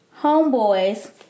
homeboys